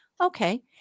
okay